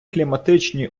кліматичні